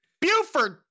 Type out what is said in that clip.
Buford